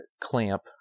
clamp